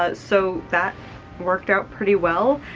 ah so that worked out pretty well.